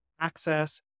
access